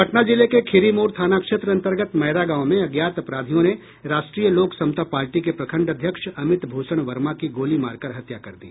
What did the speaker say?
पटना जिले के खिरीमोड थाना क्षेत्र अंतर्गत मैरा गांव में अज्ञात अपराधियों ने राष्ट्रीय लोक समता पार्टी के प्रखंड अध्यक्ष अमित भूषण वर्मा की गोली मारकर हत्या कर दी